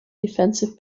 defensive